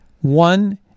One